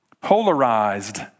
polarized